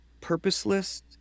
purposeless